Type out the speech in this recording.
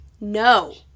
No